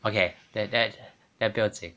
okay then then then 不用紧